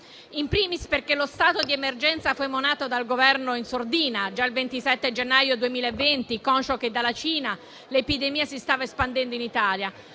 *in primis,* perché lo stato di emergenza fu emanato dal Governo in sordina già il 27 gennaio 2020, conscio che dalla Cina l'epidemia si stava espandendo in Italia,